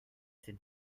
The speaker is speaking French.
ses